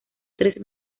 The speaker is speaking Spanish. tres